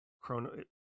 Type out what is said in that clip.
chrono